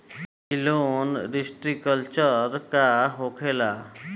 ई loan restructure का होखे ला?